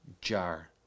jar